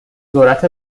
ذرت